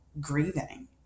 grieving